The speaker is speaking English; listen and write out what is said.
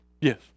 Yes